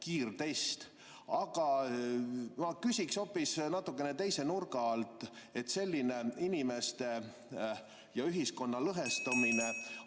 kiirtest. Aga ma küsiksin hoopis natukene teise nurga alt. Selline inimeste ja ühiskonna lõhestamine